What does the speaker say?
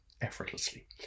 effortlessly